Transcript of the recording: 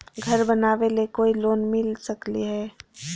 घर बनावे ले कोई लोनमिल सकले है?